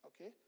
okay